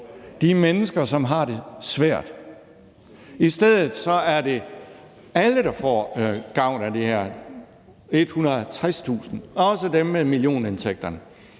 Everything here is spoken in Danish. – de mennesker, som har det svært. I stedet er det alle, der får gavn af det her – alle 160.000, også dem med millionindtægterne,